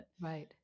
Right